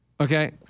Okay